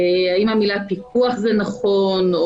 האם המילה פיקוח זה נכון,